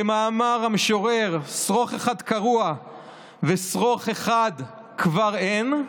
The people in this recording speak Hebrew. כמאמר המשורר, שרוך אחד קרוע ושרוך אחד כבר אין,